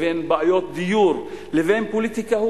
ובין בעיות דיור ובין פוליטיקה,